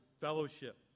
fellowship